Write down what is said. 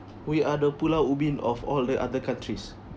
we are the @pulau ubin@ of all the other countries